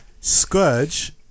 Scourge